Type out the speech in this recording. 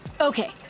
Okay